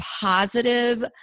positive